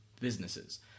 businesses